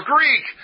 Greek